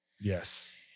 Yes